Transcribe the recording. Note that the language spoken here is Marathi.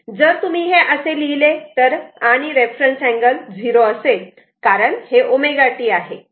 जर तुम्ही हे असे लिहिले तर आणि रेफरन्स अँगल 0 असेल कारण हे ω t आहे